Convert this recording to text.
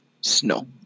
snow